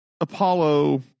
Apollo